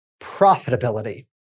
Profitability